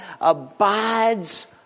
abides